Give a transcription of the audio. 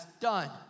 done